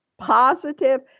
positive